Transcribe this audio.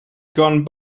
gone